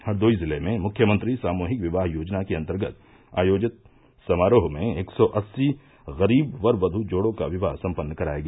हरदोई जिले में मुख्यमंत्री विवाह योजना के अंतर्गत आयोजित समारोह में एक सौ अस्सी गरीब वर क्वू जोड़ों का विवाह संपन्न कराया गया